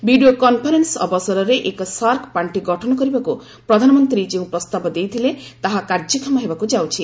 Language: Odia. ଭିଡ଼ିଓ କନ୍ଫରେନ୍ ଅବସରରେ ଏକ ସାର୍କ ପାର୍ଷି ଗଠନ କରିବାକୁ ପ୍ରଧାନମନ୍ତ୍ରୀ ଯେଉଁ ପ୍ରସ୍ତାବ ଦେଇଥିଲେ ତାହା କାର୍ଯ୍ୟକ୍ଷମ ହେବାକୁ ଯାଉଛି